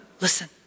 listen